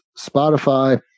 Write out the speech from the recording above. spotify